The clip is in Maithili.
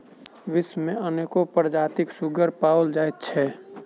विश्व मे अनेको प्रजातिक सुग्गर पाओल जाइत छै